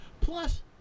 Plus